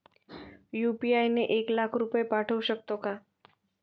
UPI ने एक लाख रुपये पाठवू शकतो का?